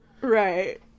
Right